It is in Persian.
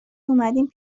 اومدین